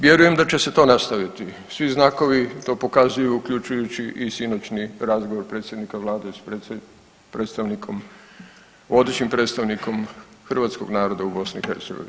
Vjerujem da će se to nastaviti, svi znakovi to pokazuju, uključujući i sinoćnji razgovor predsjednika Vlade s predstavnikom, vodećim predstavnikom hrvatskog naroda u BiH.